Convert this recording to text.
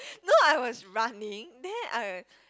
no I was running then I